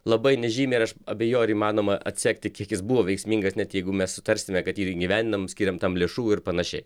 labai nežymiai ir aš abejoju ar įmanoma atsekti kiek jis buvo veiksmingas net jeigu mes sutarsime kad jį ir įgyvendinam skiriam tam lėšų ir panašiai